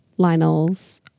Lionel's